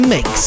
Mix